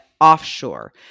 offshore